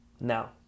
now